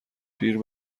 پیر